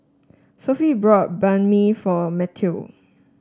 Sophie bought Banh Mi for Mateo